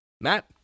matt